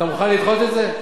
אתה מוכן לדחות את זה?